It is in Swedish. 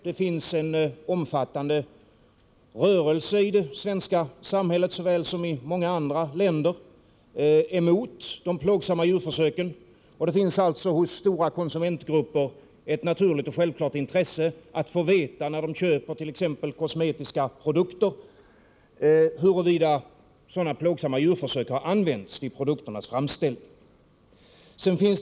Det finns en omfattande rörelse, i det svenska samhället liksom i många andra länder, emot de plågsamma djurförsöken, och det finns alltså hos stora konsumentgrupper ett naturligt och självklart intresse av att man, när man köper t.ex. kosmetiska produkter skall få veta om plågsamma djurförsök har förekommit i samband med produkternas framställning.